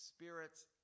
spirits